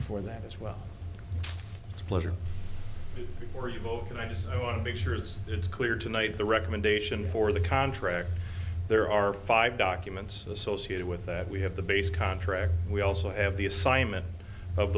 for that as well as pleasure for you both i just want to make sure it's clear tonight the recommendation for the contract there are five documents associated with that we have the base contract we also have the assignment of